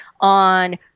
on